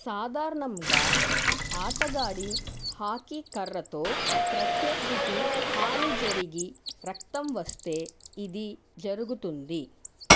సాధారణంగా ఆటగాడి హాకీ కర్రతో ప్రత్యర్థికి హాని జరిగి రక్తం వస్తే ఇది జరుగుతుంది